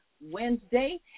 Wednesday